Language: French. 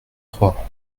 trois